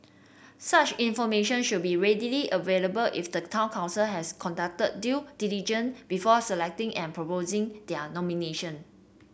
such information should be readily available if the town council has conducted due diligent before selecting and proposing their nomination